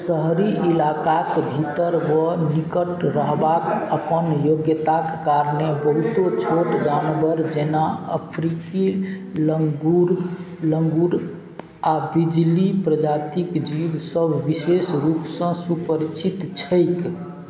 शहरी इलाकाके भीतर व निकट रहबाक अपन योग्यताक कारणे बहुतो छोट जानवर जेना अफ्रीकी लङ्गूर लङ्गूर आओर बिल्ली प्रजातिके जीवसब विशेष रूपसँ सुपरिचित छै